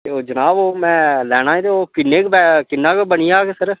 ते ओह् जनाब ओह् मैं लैना ऐ ते ओह् किन्ने क किन्ना क बनी जाह्ग सर